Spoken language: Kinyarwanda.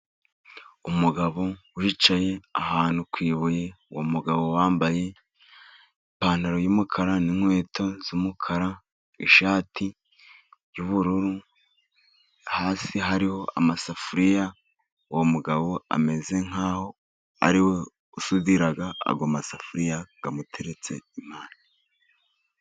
Umugabo wicaye ahantu ku ibuye, uwo mugabo yambaye ipantaro y'umukara n'inkweto z'umukara, n'ishati y'ubururu. Hasi hariho amasafuriya, uwo mugabo ameze nkaho ariwe usudira ayo masafuriya amuteretse iruhande.